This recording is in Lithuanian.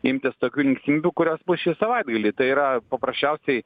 imtis tokių linksmybių kurios bus šį savaitgalį tai yra paprasčiausiai